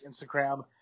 Instagram